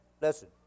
listen